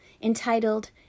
entitled